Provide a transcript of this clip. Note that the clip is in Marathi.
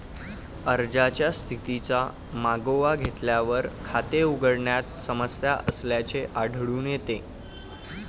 अर्जाच्या स्थितीचा मागोवा घेतल्यावर, खाते उघडण्यात समस्या असल्याचे आढळून येते